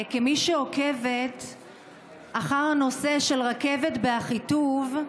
כמי שעוקבת אחר הנושא של רכבת באחיטוב,